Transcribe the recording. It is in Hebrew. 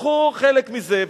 לקחו חלק מזה,